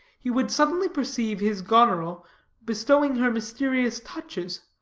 he would suddenly perceive his goneril bestowing her mysterious touches,